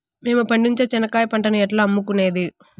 మేము పండించే చెనక్కాయ పంటను ఎట్లా అమ్ముకునేది?